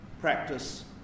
Practice